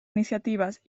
iniciatives